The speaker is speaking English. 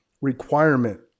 requirement